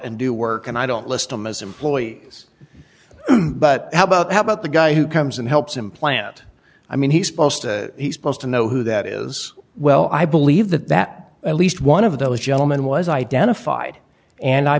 and do work and i don't list them as employees but how about how about the guy who comes and helps him plant i mean he's post he supposed to know who that is well i believe that that at least one of those gentlemen was identified and i